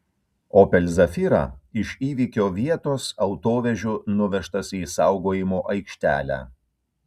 opel zafira iš įvykio vietos autovežiu nuvežtas į saugojimo aikštelę